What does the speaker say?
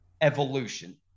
evolution